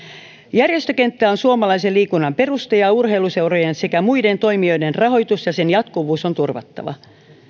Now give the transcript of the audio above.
järjestökenttä on suomalaisen liikunnan perusta ja urheiluseurojen sekä muiden toimijoiden rahoitus ja sen jatkuvuus on turvattava